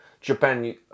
Japan